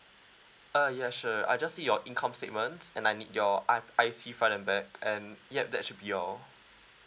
uh yeah sure I just need your income statements and I need your I I_C front and back and yup that should be all